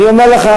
אני אומר לך,